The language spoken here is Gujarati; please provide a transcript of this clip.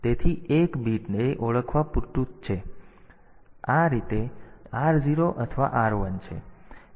તેથી 1 બીટ એ ઓળખવા માટે પૂરતું છે કે આ r0 અથવા r1 છે